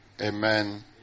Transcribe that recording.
Amen